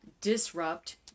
disrupt